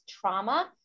trauma